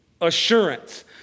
assurance